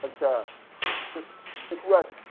अच्छा सेखुआ